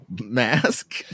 mask